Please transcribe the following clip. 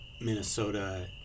Minnesota